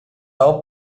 ora